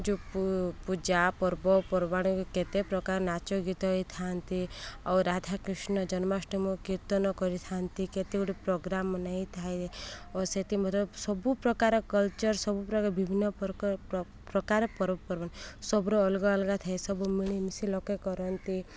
ଯୋଉ ପୂଜା ପର୍ବ ପର୍ବାଣିକୁ କେତେ ପ୍ରକାର ନାଚ ଗୀତ ହୋଇଥାଏ ଆଉ ରାଧାକୃଷ୍ଣ ଜନ୍ମାଷ୍ଟମୀ କୀର୍ତ୍ତନ କରିଥାନ୍ତି କେତେ ଗୋଟେ ପ୍ରୋଗ୍ରାମ ହୋଇଥାଏ ଓ ସେଥି ମଧ୍ୟରୁ ସବୁ ପ୍ରକାର କଲଚର୍ ସବୁ ପ୍ରକାର ବିଭିନ୍ନ ପ୍ରକାର ପ୍ରକାର ପର୍ବପର୍ବାଣି ସବୁୁର ଅଲଗା ଅଲଗା ଥାଏ ସବୁ ମିଳିମିଶି ଲୋକେ କରନ୍ତି